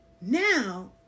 Now